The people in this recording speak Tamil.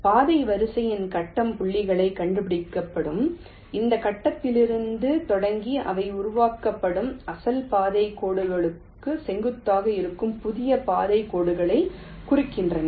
பாதை வரிசையில் கட்டம் புள்ளிகள் கண்டுபிடிக்கப்பட்டு இந்த கட்டத்திலிருந்து தொடங்கி அவை உருவாக்கப்படும் அசல் பாதைக் கோடுகளுக்கு செங்குத்தாக இருக்கும் புதிய பாதைக் கோடுகளைக் குறிக்கின்றன